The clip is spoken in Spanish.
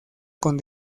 con